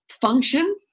function